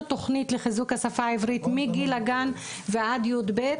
תוכנית לחיזוק השפה העברית מגיל הגן ועד י"ב.